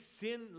sin